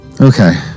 Okay